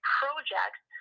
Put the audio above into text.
projects